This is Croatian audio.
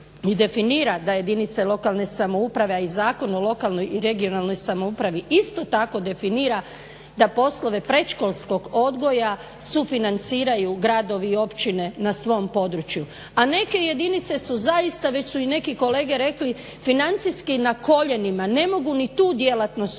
i definira da jedinice lokalne samouprave a i Zakon o lokalnoj i regionalnoj samoupravi isto tako definira da poslove predškolskog odgoja sufinanciraju gradovi i općine na svom području, a neke jedinice su zaista već su i neki kolege rekli financijski na koljenima, ne mogu ni tu djelatnost sufinancirati,